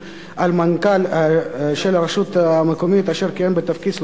מנכ"ל רשות מקומית אשר כיהן בתפקיד 30